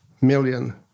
million